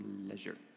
leisure